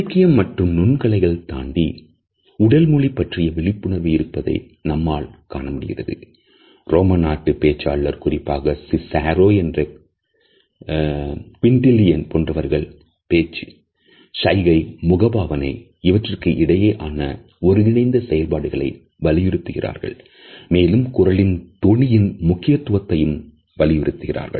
இலக்கியம் மற்றும் நுண்கலைகள் தாண்டி உடல் மொழி பற்றிய விழிப்புணர்வு இருப்பதை நம்மால்ரோம நாட்டு பேச்சாளர்கள் குறிப்பாக சிசரோ மற்றும் குயின் டிலியன் போன்றவர்கள் பேச்சு சைகை முகபாவனை இவற்றிற்கு இடையே ஆன ஒருங்கிணைந்த செயல்பாடுகளை வலியுறுத்துகிறார்கள்